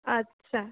আচ্ছা